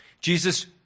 Jesus